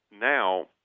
now